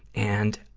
and,